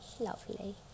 Lovely